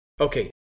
Okay